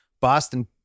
Boston